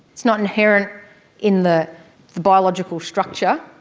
it's not inherent in the the biological structure,